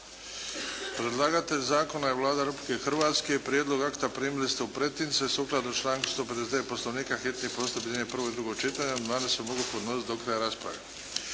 Predlagatelj Zakona je Vlada Republike Hrvatske, prijedlog akta primili ste u pretince, sukladno članku 159. Poslovnika, hitni postupak objedinjuje prvo i drugo čitanje. Amandmani se mogu podnositi do kraja rasprave.